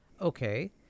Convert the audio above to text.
Okay